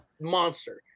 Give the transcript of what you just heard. monster